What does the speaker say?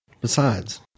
Besides